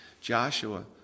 Joshua